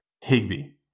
Higby